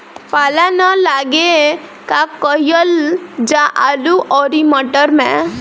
पाला न लागे का कयिल जा आलू औरी मटर मैं?